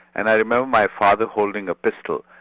and i remember my father holding a pistol.